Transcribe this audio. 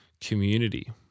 community